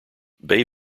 bay